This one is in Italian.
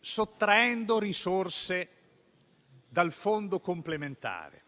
sottraendo risorse dal fondo complementare.